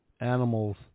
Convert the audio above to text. animals